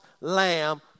lamb